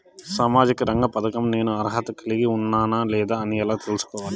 సామాజిక రంగ పథకం నేను అర్హత కలిగి ఉన్నానా లేదా అని ఎలా తెల్సుకోవాలి?